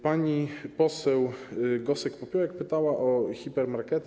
Pani poseł Gosek-Popiołek pytała o hipermarkety.